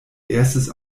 erstes